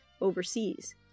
overseas